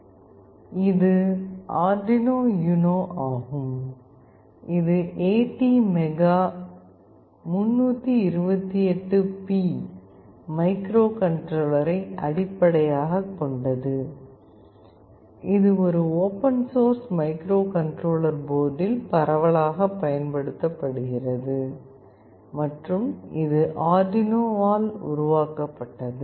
இது Arduino Uno ஆகும் இது ஏடிமெகா328P மைக்ரோகண்ட்ரோலரை அடிப்படையாகக் கொண்ட ஓபன் சோர்ஸ் மைக்ரோகண்ட்ரோலர் போர்டில் பரவலாகப் பயன்படுத்தப்படுகிறது மற்றும் இது அர்டுயினோ ஆல் உருவாக்கப்பட்டது